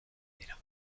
dira